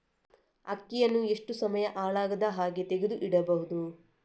ಅಕ್ಕಿಯನ್ನು ಎಷ್ಟು ಸಮಯ ಹಾಳಾಗದಹಾಗೆ ತೆಗೆದು ಇಡಬಹುದು?